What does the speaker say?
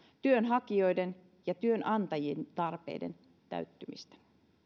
työnhakijoiden ja työnantajien tarpeiden täyttymisestä